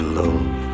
love